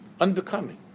unbecoming